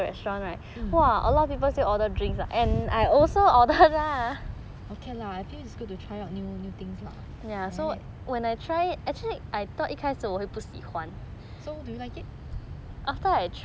okay lah I feel it's good to try out new new things right so do you like it